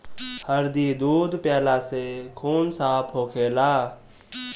हरदी दूध पियला से खून साफ़ होखेला